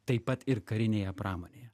taip pat ir karinėje pramonėje